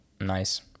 Nice